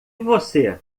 você